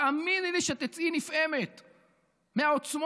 תאמיני לי שתצאי נפעמת מהעוצמות,